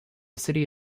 city